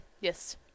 Yes